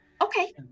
Okay